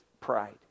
pride